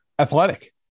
athletic